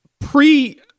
Pre